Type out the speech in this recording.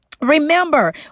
Remember